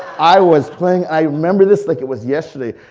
i was playing, i remember this like it was yesterday,